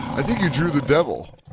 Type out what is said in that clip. i think you drew the devil.